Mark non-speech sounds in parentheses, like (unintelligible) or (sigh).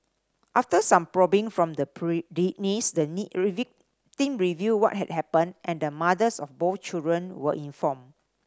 after some probing from the (unintelligible) niece the (unintelligible) victim revealed what had happened and the mothers of both children were informed